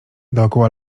dookoła